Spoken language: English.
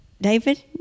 David